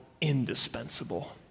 indispensable